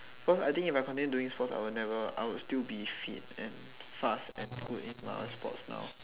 cause I think if I continue doing sports I would never I would still be fit and fast and good in my sports now